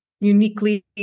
uniquely